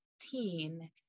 teen